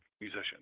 musician